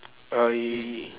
uh he